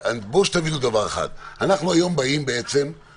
תבינו דבר אחד, אנחנו היום באים לציבור,